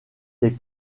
des